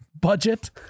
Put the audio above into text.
budget